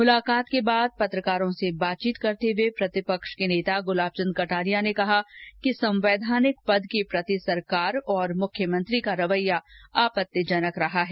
मुलाकात के बाद पत्रकारो से बातचीत करते हुये प्रतिपक्ष के नेता गुलाबचन्द कटारिया ने कहा कि संवैधानिक पद के प्रति सरकार और मुख्यमंत्री का रवैया आपत्तिजनक रहा है